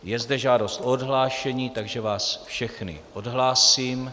Je zde žádost o odhlášení, takže vás všechny odhlásím.